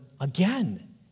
again